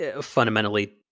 fundamentally